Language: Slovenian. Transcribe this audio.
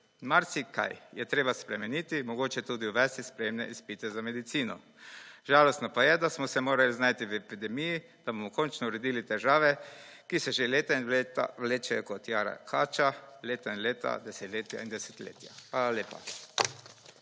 Marsikaj je treba spremeniti, mogoče tudi uvesti sprejemne izpite za medicino. Žalostno pa je, da smo se morali znajti v epidemiji, da bomo končno uredili težave, ki se že leta in leta vlečejo kot jara kača, leta in leta, desetletja in desetletja. Hvala